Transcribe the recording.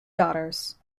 daughters